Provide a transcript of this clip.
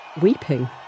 weeping